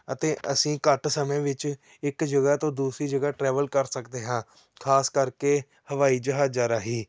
ਅਤੇ ਅਸੀਂ ਘੱਟ ਸਮੇਂ ਵਿੱਚ ਇੱਕ ਜਗ੍ਹਾ ਤੋਂ ਦੂਸਰੀ ਜਗ੍ਹਾ ਟਰੈਵਲ ਕਰ ਸਕਦੇ ਹਾਂ ਖਾਸ ਕਰਕੇ ਹਵਾਈ ਜਹਾਜ਼ਾਂ ਰਾਹੀਂ